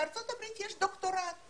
בארצות הברית יש דוקטורט.